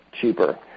cheaper